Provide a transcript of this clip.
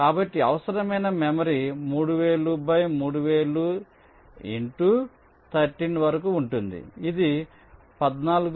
కాబట్టి అవసరమైన memory 3000 by 3000 into 13 వరకు ఉంటుంది ఇది 14